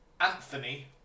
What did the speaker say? Anthony